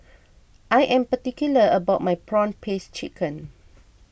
I am particular about my Prawn Paste Chicken